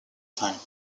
time